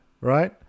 right